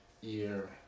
year